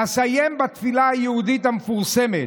ואסיים בתפילה היהודית המפורסמת: